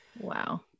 wow